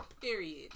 Period